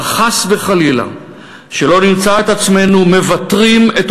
אבל חס וחלילה שלא נמצא את עצמנו מוותרים את